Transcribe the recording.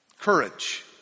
Courage